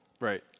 Right